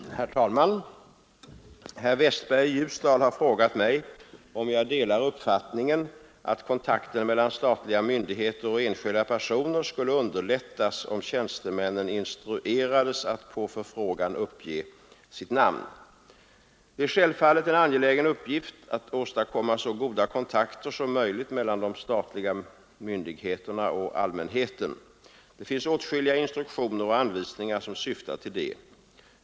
Herr talman! Herr Westberg i Ljusdal har frågat mig om jag delar uppfattningen att kontakten mellan statliga myndigheter och enskilda personer skulle underlättas om tjänstemännen instruerades att på förfrågan uppge sitt namn. Det är självfallet en angelägen uppgift att åstadkomma så goda kontakter som möjligt mellan de statliga myndigheterna och allmänheten. Det finns åtskilliga instruktioner och anvisningar som syftar till det.